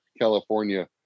California